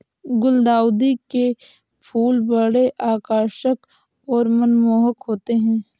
गुलदाउदी के फूल बड़े आकर्षक और मनमोहक होते हैं